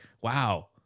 wow